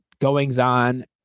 goings-on